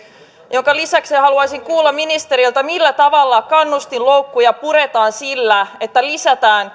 vielä lisäksi haluaisin kuulla ministeriltä millä tavalla kannustinloukkuja puretaan sillä että lisätään